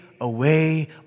away